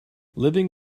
living